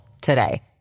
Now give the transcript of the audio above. today